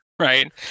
Right